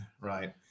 right